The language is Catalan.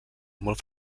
molt